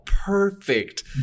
perfect